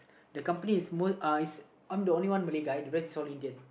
the company is is I'm the only one Malay guy the rest is all Indian